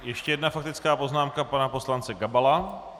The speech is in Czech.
Ještě jedna faktická poznámka pana poslance Gabala.